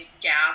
gap